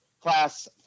class